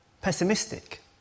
pessimistic